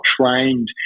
trained